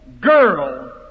girl